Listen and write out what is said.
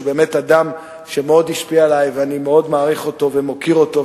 שהוא באמת אדם שמאוד השפיע עלי ואני מאוד מעריך אותו ומוקיר אותו.